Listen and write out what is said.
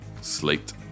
Slate